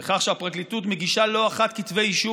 בכך שהפרקליטות מגישה לא אחת כתבי אישום,